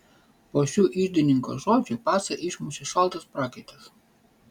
po šių iždininko žodžių pacą išmušė šaltas prakaitas